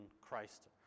Christ